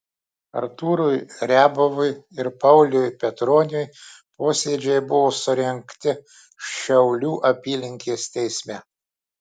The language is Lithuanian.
artūrui riabovui ir pauliui petroniui posėdžiai buvo surengti šiaulių apylinkės teisme